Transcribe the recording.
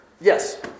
Yes